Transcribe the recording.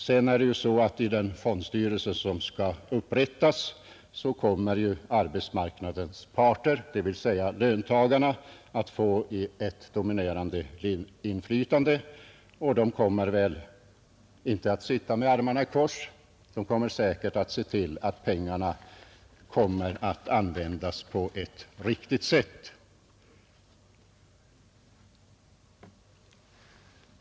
Vidare är det så att i den fondstyrelse som skall upprättas kommer arbetsmarknadens parter — dvs. löntagarna — att få ett dominerande inflytande, och de kommer väl inte att sitta med armarna i kors; de kommer säkert att se till att pengarna används på ett riktigt sätt.